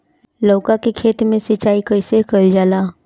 लउका के खेत मे सिचाई कईसे कइल जाला?